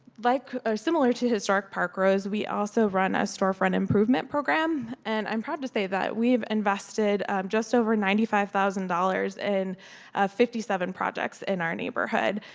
like ah similar to historic park rose we also run a storefront improvement program and i'm proud to say that we have invested just over ninety five thousand in and fifty seven projects in our neighborhood.